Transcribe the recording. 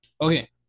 Okay